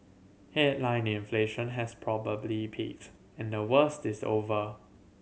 headline inflation has probably peaked and the worst is over